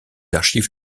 archives